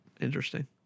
Interesting